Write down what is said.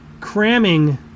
cramming